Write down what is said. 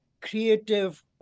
creative